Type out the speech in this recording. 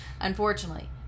unfortunately